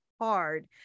hard